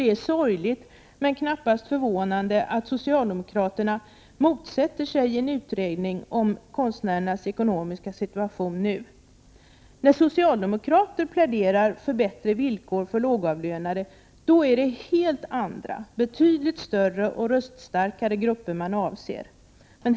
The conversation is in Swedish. Det är sorgligt, men knappast förvånande, att socialdemokraterna nu motsätter sig en utredning om konstnärernas ekonomiska situation. När socialdemokrater pläderar för bättre villkor för lågavlönade är det helt andra, betydligt större och röststarkare grupper man avser.